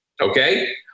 okay